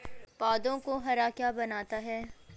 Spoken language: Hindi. पौधों को हरा क्या बनाता है?